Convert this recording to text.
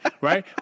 right